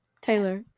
Taylor